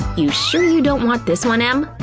you sure you don't want this one, em?